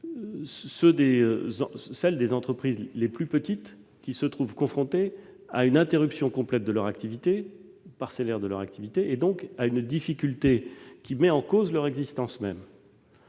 les entreprises les plus petites qui se trouvent confrontées à une interruption, complète ou partielle, de leur activité, donc à une difficulté qui met en cause leur existence même.